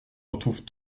retrouvent